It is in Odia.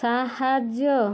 ସାହାଯ୍ୟ